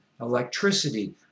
electricity